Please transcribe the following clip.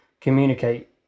communicate